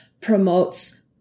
promotes